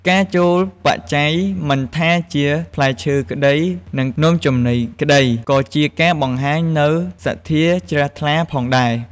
ការចូលបច្ច័យមិនថាជាផ្លែឈើក្ដី និងនំចំណីក្ដី ក៏ជាការបង្ហាញនូវសទ្ធាជ្រះថ្លាផងដែរ។